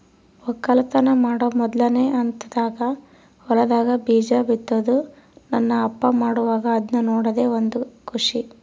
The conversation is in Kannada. ವಕ್ಕಲತನ ಮಾಡೊ ಮೊದ್ಲನೇ ಹಂತದಾಗ ಹೊಲದಾಗ ಬೀಜ ಬಿತ್ತುದು ನನ್ನ ಅಪ್ಪ ಮಾಡುವಾಗ ಅದ್ನ ನೋಡದೇ ಒಂದು ಖುಷಿ